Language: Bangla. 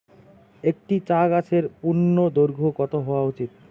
একটি চা গাছের পূর্ণদৈর্ঘ্য কত হওয়া উচিৎ?